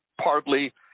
partly